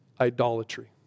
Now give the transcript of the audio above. idolatry